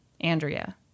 Andrea